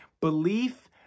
belief